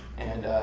and